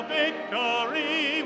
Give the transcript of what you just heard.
victory